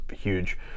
huge